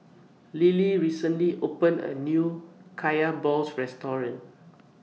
Lillie recently opened A New Kaya Balls Restaurant